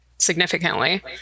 significantly